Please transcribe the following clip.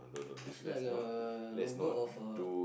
is like a logo of a